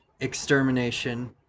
Extermination